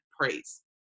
praise